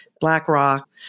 BlackRock